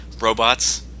robots